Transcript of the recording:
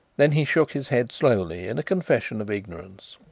then he shook his head slowly in a confession of ignorance.